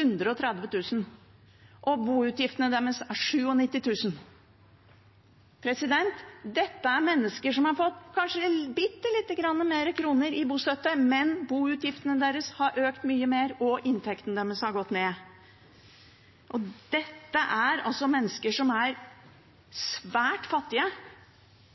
130 000 kr, og boutgiftene deres er 97 000 kr. Dette er mennesker som har fått kanskje bitte lite grann mer i bostøtte, men boutgiftene deres har økt mye mer, og inntektene deres har gått ned. Dette er svært fattige mennesker. Og det er